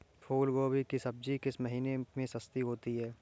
फूल गोभी की सब्जी किस महीने में सस्ती होती है?